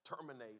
terminate